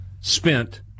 spent